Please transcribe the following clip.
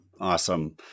Awesome